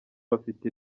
bafite